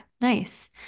Nice